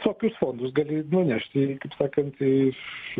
tokius fondus gali nunešti ir kaip sakant iš